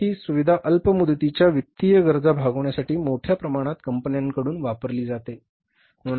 भारतातही ही सुविधा अल्प मुदतीच्या वित्तीय गरजा भागवण्यासाठी मोठ्या प्रमाणात कंपन्यांकडून वापरली जाते